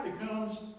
becomes